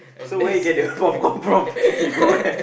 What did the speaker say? so where you get the~ popcorn from you go where